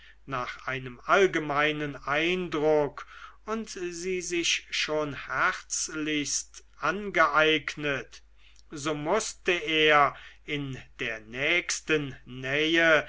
nach einem allgemeinen eindruck und sie sich schon herzlichst angeeignet so mußte er in der nächsten nähe